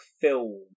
film